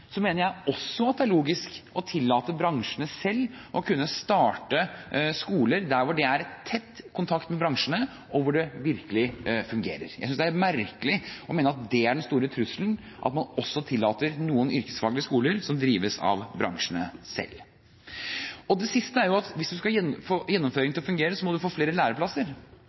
mener jeg også at det er logisk å tillate bransjene selv å kunne starte skoler der det er tett kontakt med bransjene, og hvor det virkelig fungerer. Jeg synes det er merkelig å mene at det er den store trusselen at man også tillater noen yrkesfaglige skoler som drives av bransjene selv. Det siste er at hvis man skal få gjennomføring til å fungere, må man få flere